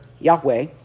Yahweh